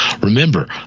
Remember